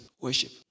worship